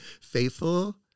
faithful